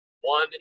one